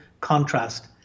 contrast